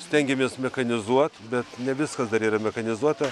stengiamės mechanizuot bet ne viskas dar yra mechanizuota